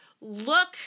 look